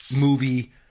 movie